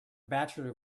bachelor